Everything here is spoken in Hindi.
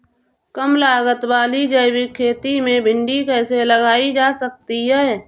कम लागत वाली जैविक खेती में भिंडी कैसे लगाई जा सकती है?